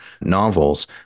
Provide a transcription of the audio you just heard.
novels